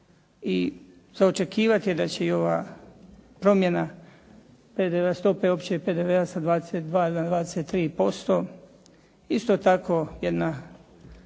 i za očekivati je da će i ova promjena PDV-a stope, općeg PDV-a sa 22 na 23%, isto tako jedna